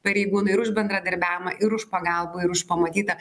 pareigūnui už bendradarbiavimą ir už pagalbą ir už pamatytą